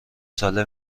ساله